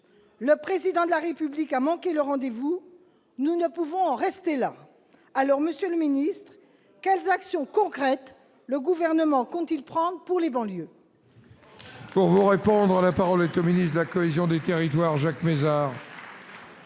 Le Président de la République a manqué le rendez-vous, nous ne pouvons en rester là ! Monsieur le ministre, quelles actions concrètes le Gouvernement compte-t-il prendre pour les banlieues ?